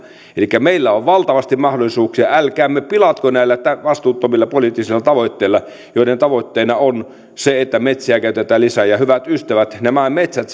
meillä on valtavasti mahdollisuuksia älkäämme pilatko niitä vastuuttomilla poliittisilla tavoitteilla joiden tavoitteena on se että metsiä ei käytetä lisää ja hyvät ystävät nämä metsät